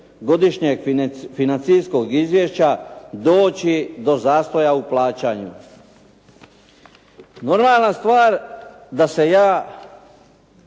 godišnjeg financijskog izvješća doći do zastoja u plaćanju. Normalna stvar da se ja,